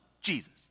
Jesus